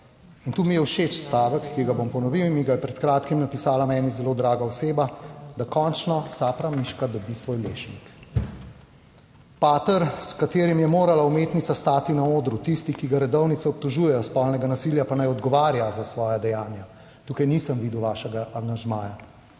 in tu mi je všeč stavek, ki ga bom ponovil in mi ga je pred kratkim napisala meni zelo draga oseba, da končno Sapramiška dobi svoj lešnik. Pater, s katerim je morala umetnica stati na odru, tisti, ki ga redovnice obtožujejo spolnega nasilja, pa naj odgovarja za svoja dejanja. Tukaj nisem videl vašega angažmaja.